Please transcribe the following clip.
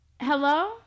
Hello